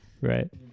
Right